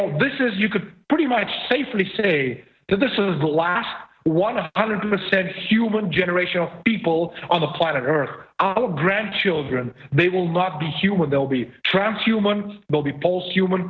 don't this is you could pretty much safely say that this is the last one hundred percent human generational people on the planet earth oh grandchildren they will not be human they'll be transfused one will be false human